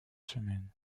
semaine